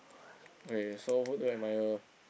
okay so who do you admire